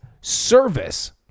service